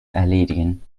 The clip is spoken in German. erledigen